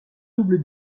double